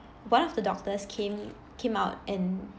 one of the doctors came came out and